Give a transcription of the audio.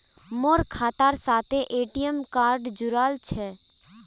मोर खातार साथे ए.टी.एम कार्ड जुड़ाल छह